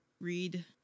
read